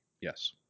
Yes